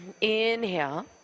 Inhale